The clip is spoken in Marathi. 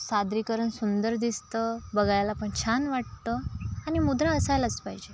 सादरीकरण सुंदर दिसतं बघायला पण छान वाटतं आणि मुद्रा असायलाच पाहिजे